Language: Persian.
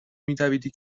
میدویدی